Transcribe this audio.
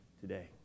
today